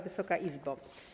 Wysoka Izbo!